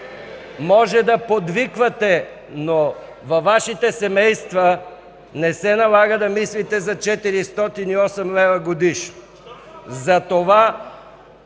Може да подвиквате, но във Вашите семейства не се налага да мислите за 408 лв. годишно.